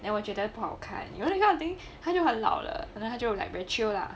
then 我觉得不好看 you know that kind of thing 他就很老了 and then 他就 like very chill lah